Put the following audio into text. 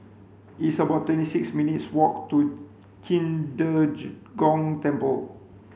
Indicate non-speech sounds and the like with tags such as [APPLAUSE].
it's about twenty six minutes' walk to Qing [UNINTELLIGIBLE] Gong Temple